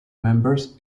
members